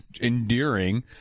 endearing